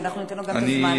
ואנחנו ניתן לו גם את הזמן,